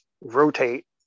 rotate